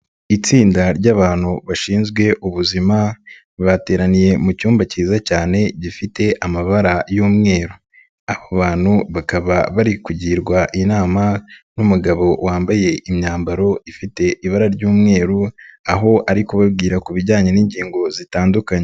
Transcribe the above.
Itsinda ry'abantu bashinzwe ubuzima bateraniye mu cyumba kiza cyane gifite amabara y'umweru, abantu bakaba bari kugirwa inama n'umugabo wambaye imyambaro ifite ibara ry'umweru aho ari kubabwira ku bijyanye n'ingingo zitandukanye.